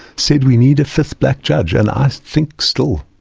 said, we need a fifth black judge and i think still,